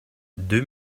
deux